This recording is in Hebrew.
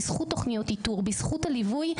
בזכות תוכניות האיתור ובזכות הליווי,